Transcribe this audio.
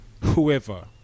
whoever